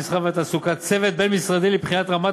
המסחר והתעסוקה צוות בין-משרדי לבחינת רמת